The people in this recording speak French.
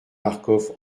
marcof